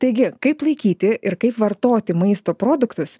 taigi kaip laikyti ir kaip vartoti maisto produktus